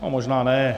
No možná ne.